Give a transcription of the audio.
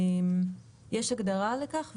יש הגדרה לכך,